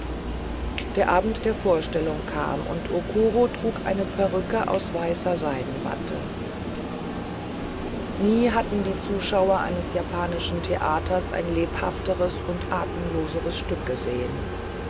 der abend der vorstellung kam und okuro trug eine perücke aus weißer seidenwatte nie hatten die zuschauer eines japanischen theaters ein lebhafteres und atemloseres spiel gesehen